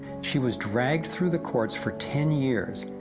she was dragged through the courts for ten years,